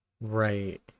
Right